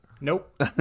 Nope